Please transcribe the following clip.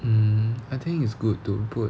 mm I think it's good to put